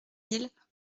mille